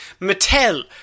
Mattel